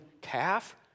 calf